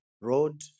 road